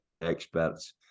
experts